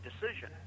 decision